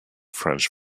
french